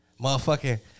Motherfucking